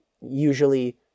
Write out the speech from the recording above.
usually